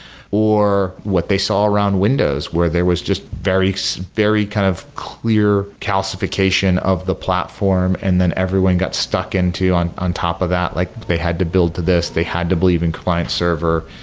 what they saw around windows, where there was just very so very kind of clear calcification of the platform and then everyone got stuck into on on top of that, like they had to build to this, they had to believe in client server.